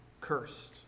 cursed